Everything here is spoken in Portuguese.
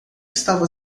estava